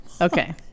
Okay